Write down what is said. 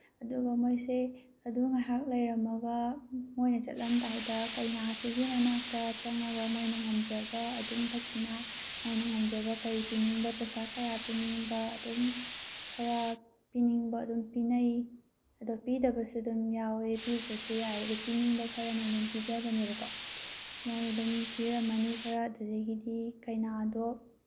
ꯑꯗꯨꯒ ꯃꯣꯏꯁꯦ ꯑꯗꯨ ꯉꯍꯥꯛ ꯂꯩꯔꯝꯃꯒ ꯃꯣꯏꯅ ꯆꯠꯂꯝꯗꯥꯏꯗ ꯀꯩꯅꯥꯁꯤꯒꯤ ꯃꯅꯥꯛꯇ ꯆꯪꯉꯒ ꯃꯣꯏꯅ ꯉꯝꯖꯕ ꯑꯗꯨꯝ ꯗꯈꯤꯅꯥ ꯃꯣꯏꯅ ꯉꯝꯖꯕ ꯀꯩ ꯄꯤꯅꯤꯡꯕ ꯄꯩꯁꯥ ꯀꯌꯥ ꯄꯤꯅꯤꯡꯕ ꯑꯗꯨꯝ ꯈꯔ ꯄꯤꯅꯤꯡꯕ ꯑꯗꯨꯝ ꯄꯤꯅꯩ ꯄꯤꯗꯕꯁꯨ ꯑꯗꯨꯝ ꯌꯥꯎꯋꯦ ꯄꯤꯗ꯭ꯔꯁꯨ ꯌꯥꯏ ꯑꯗꯨ ꯄꯤꯅꯤꯡꯕ ꯈꯔꯅ ꯑꯗꯨꯝ ꯄꯤꯖꯕꯅꯦꯕꯀꯣ ꯃꯣꯏ ꯑꯗꯨꯝ ꯄꯤꯔꯝꯃꯅꯤ ꯈꯔ ꯑꯗꯨꯗꯒꯤꯗꯤ ꯀꯩꯅꯗꯣ